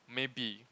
maybe